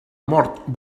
mort